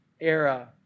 era